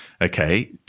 okay